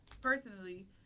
personally